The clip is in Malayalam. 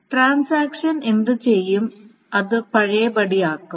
ട്രാൻസാക്ഷൻ എന്തുചെയ്യും അത് പഴയപടിയാക്കും